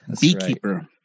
Beekeeper